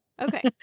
Okay